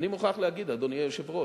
אדוני היושב-ראש,